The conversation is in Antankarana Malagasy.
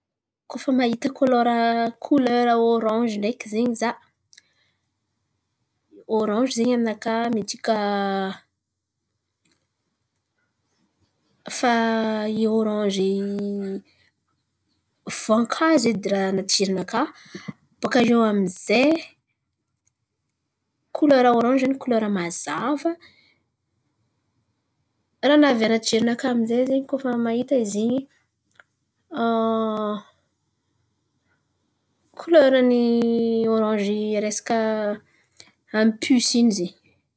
Koa fa mahita kolera- kolera ôranzy ndreky zen̈y za, ôranzy zen̈y aminakà midika fa i ôranzy voankazo edy raha an̈aty jerinakà. Bôka iô amy zay, kolera ôranzy zen̈y kolera mazava. Raha navy an̈aty jerinakà amy zay zen̈y koa fa mahita izy in̈y kolerany ôranzy resaka amy pisy in̈y zen̈y.